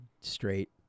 straight